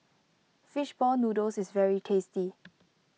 Fish Ball Noodles is very tasty